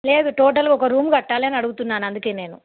లేదు టోటల్గా ఒక రూమ్ కట్టాలని అడుగుతున్నాను అందుకే నేను